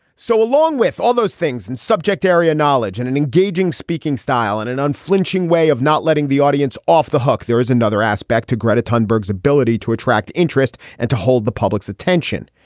so along with all those things and subject area knowledge and and engaging speaking style and an unflinching way of not letting the audience off the hook, there is another aspect to gretta ton berg's ability to attract attract interest and to hold the public's attention.